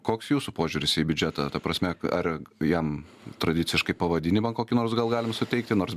koks jūsų požiūris į biudžetą ta prasme ar jam tradiciškai pavadinimą kokį nors gal galim suteikti nors